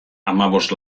hamabost